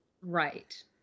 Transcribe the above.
Right